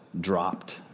dropped